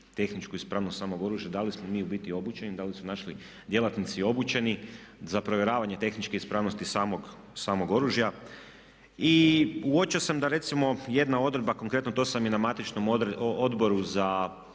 tehničku ispravnost samog oružja, da li smo mi u biti obučeni, da li su naši djelatnici obučeni za provjeravanje tehničke ispravnosti samog oružja. I uočio sam da recimo jedna odredba konkretno to sam i na matičnom Odboru za